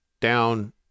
down